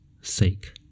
sake